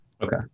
Okay